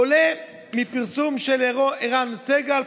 עולה מפרסום של ערן סגל,